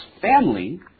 family